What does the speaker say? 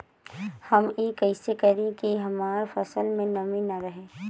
हम ई कइसे करी की हमार फसल में नमी ना रहे?